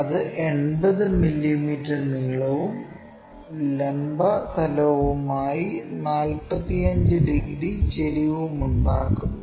അത് 80 മില്ലീമീറ്റർ നീളവും ലംബ തലവുമായി 45 ഡിഗ്രി ചെരിവുണ്ടാക്കുന്നു